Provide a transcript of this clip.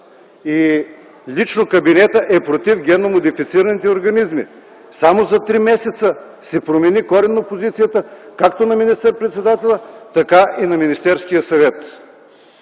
и лично кабинетът е против генно модифицираните организми. Само за три месеца се промени коренно позицията както на министър-председателя, така и на Министерския съвет.